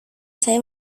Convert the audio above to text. saya